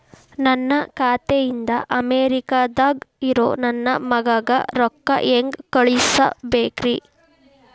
ನನ್ನ ಖಾತೆ ಇಂದ ಅಮೇರಿಕಾದಾಗ್ ಇರೋ ನನ್ನ ಮಗಗ ರೊಕ್ಕ ಹೆಂಗ್ ಕಳಸಬೇಕ್ರಿ?